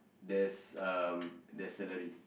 there's um there's salary